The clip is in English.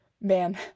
man